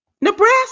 Nebraska